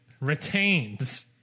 retains